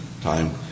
time